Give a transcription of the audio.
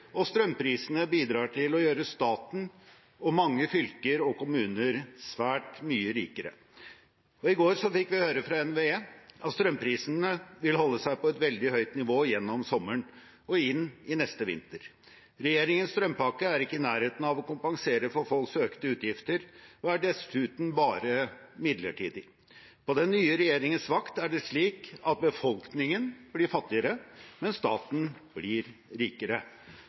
og strømprisene bidrar til å gjøre staten og mange fylker og kommuner svært mye rikere. I går fikk vi høre fra NVE at strømprisene vil holde seg på et veldig høyt nivå gjennom sommeren og inn i neste vinter. Regjeringens strømpakke er ikke i nærheten av å kompensere for folks økte utgifter og er dessuten bare midlertidig. På den nye regjeringens vakt er det slik at befolkningen blir fattigere, mens staten blir rikere.